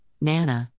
Nana